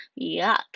Yuck